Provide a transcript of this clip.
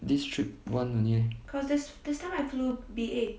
this trip one only eh